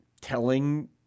telling